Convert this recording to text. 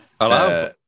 Hello